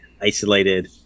isolated